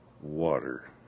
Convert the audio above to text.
water